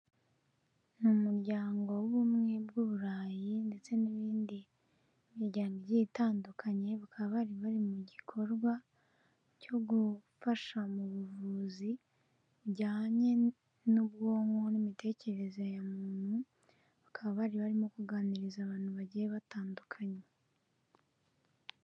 Ni umuryango w'ubumwe bw'Uburayi ndetse n'iyindi miryango ighiye itandukanye bakaba bari bari mu gikorwa cyo gufasha mu buvuzi bujyanye n'ubwonko, n'imitekerereze ya muntu bakaba bari bari kuganiriza abantu bagiye batandu.